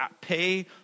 pay